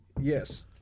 Yes